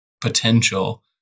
potential